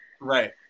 Right